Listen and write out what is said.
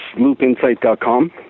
loopinsight.com